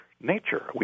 nature